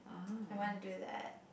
I want to do that